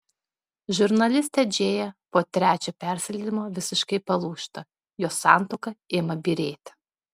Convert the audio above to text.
žurnalistė džėja po trečio persileidimo visiškai palūžta jos santuoka ima byrėti